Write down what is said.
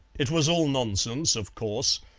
it was all nonsense, of course,